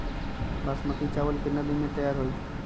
बासमती चावल केतना दिन में तयार होई?